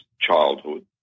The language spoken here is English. childhood